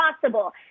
possible